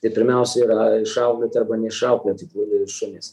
tai pirmiausia yra išauklėti arba neišauklėti prieglaudų šunys